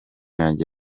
yanjye